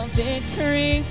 victory